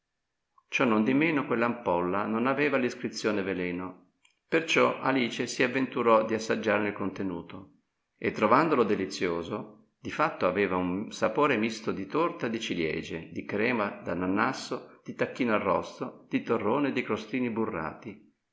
ciò non di meno quell'ampolla non aveva l'iscrizione veleno perciò alice si avventurò di assaggiarne il contenuto e trovandolo delizioso di fatto aveva un sapore misto di torta di ciliegie di crema d'ananasso di tacchino arrosto di torrone e di crostini burrati